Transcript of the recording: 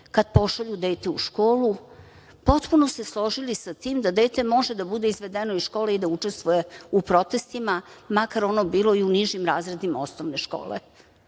kada pošalju dete u školu potpuno se složili sa tim dete može da bude izvedeno iz škole i da učestvuje u protestima, makar ono bilo i u nižim razredima osnovne škole.